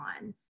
on